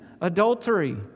adultery